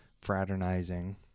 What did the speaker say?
fraternizing